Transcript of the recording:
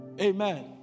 Amen